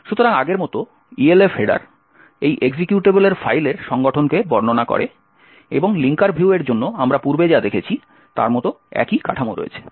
সুতরাং আগের মত ELF হেডার এই এক্সিকিউটেবলের ফাইলের সংগঠনকে বর্ণনা করে এবং লিঙ্কার ভিউয়ের জন্য আমরা পূর্বে যা দেখেছি তার মতো একই কাঠামো রয়েছে